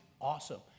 awesome